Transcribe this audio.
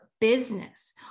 business